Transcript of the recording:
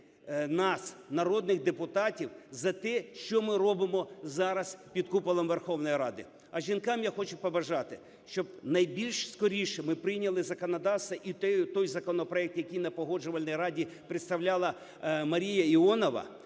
нас, народних депутатів, за те, що ми робимо зараз під куполом Верховної Ради. А жінкам я хочу побажати, щоб найбільш скоріше ми прийняли законодавство і той законопроект, який на Погоджувальній раді представляла Марія Іонова,